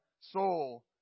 soul